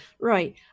Right